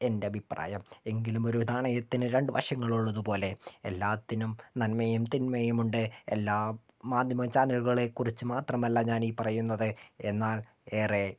എൻ്റെ അഭിപ്രായം എങ്കിലും ഒരു നാണയത്തിനു രണ്ടു വശങ്ങളുള്ളതുപോലേ എല്ലാറ്റിനും നന്മയും തിന്മയുമുണ്ട് എല്ലാ മാധ്യമ ചാനലുകളെക്കുറിച്ചും മാത്രമല്ലാ ഞാനീപ്പറയുന്നത് എന്നാൽ ഏറേ